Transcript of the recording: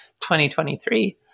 2023